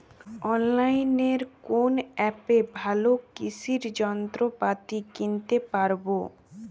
অনলাইনের কোন অ্যাপে ভালো কৃষির যন্ত্রপাতি কিনতে পারবো?